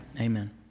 Amen